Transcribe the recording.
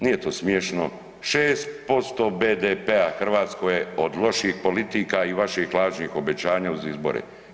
Nije to smiješno, 6% BDP-a Hrvatskoj je od loših politika i vaših lažnih obećanja uz izbore.